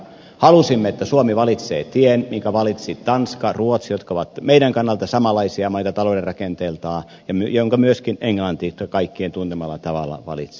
halusimme että suomi valitsee tien jonka valitsivat tanska ruotsi jotka ovat meidän kannaltamme samanlaisia maita taloutensa rakenteelta ja jonka myöskin englanti kaikkien tuntemalla tavalla valitsi